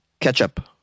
Ketchup